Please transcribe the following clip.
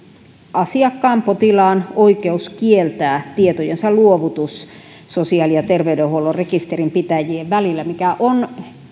asiakkaan potilaan oikeus kieltää tietojensa luovutus sosiaali ja terveydenhuollon rekisterinpitäjien välillä mikä on